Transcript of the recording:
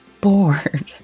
bored